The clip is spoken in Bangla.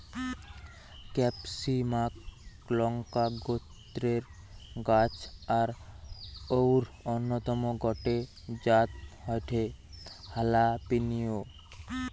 ক্যাপসিমাক লংকা গোত্রের গাছ আর অউর অন্যতম গটে জাত হয়ঠে হালাপিনিও